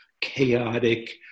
chaotic